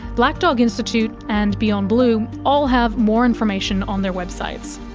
black dog institute and beyond blue all have more information on their websites.